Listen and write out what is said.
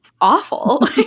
awful